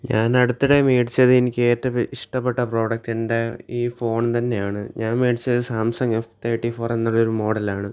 ഞാൻ അടുത്തിടെ മേടിച്ചത് എനിക്ക് ഏറ്റവും ഇഷ്ടപ്പെട്ട പ്രോഡക്റ്റ് എൻ്റെ ഈ ഫോൺ തന്നെയാണ് ഞാൻ മേടിച്ചത് സാംസങ്ങ് എഫ് തേർട്ടി ഫോർ എന്നുള്ളൊരു മോഡലാണ്